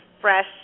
fresh